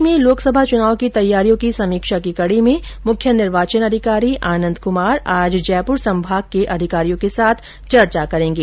प्रदेश में लोकसभा चुनाव की तैयारियों की समीक्षा की कड़ी में मुख्य निर्वाचन अधिकारी आनंद कुमार आज जयपुर संभाग के अधिकारियों के साथ चर्चा करेंगे